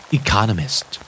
economist